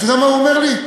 אתה יודע מה הוא אומר לי?